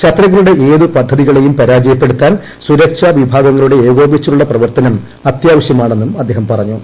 ശത്രുക്കളുടെ ഏത് പദ്ധതികളേയും പരാജയപ്പെടുത്താൻ സുരക്ഷാവിഭാഗങ്ങളുടെ ഏകോപിച്ചുള്ള പ്രവർത്തനം അത്യാവശ്യമാണെന്നും അദ്ദേഹം പറഞ്ഞു